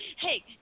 Hey